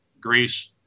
Greece